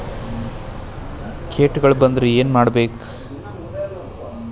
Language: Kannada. ಕೇಟಗಳ ಬಂದ್ರ ಏನ್ ಮಾಡ್ಬೇಕ್?